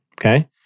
Okay